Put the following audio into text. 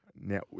Now